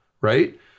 right